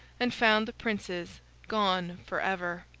and found the princes gone for ever.